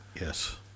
Yes